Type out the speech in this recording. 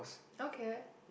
okay